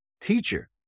teacher